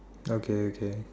okay okay